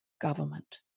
government